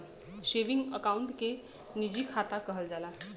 सेवींगे account के निजी खाता कहल जाला